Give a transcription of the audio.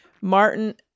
Martin